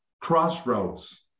crossroads